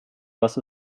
was